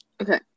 okay